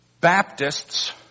baptists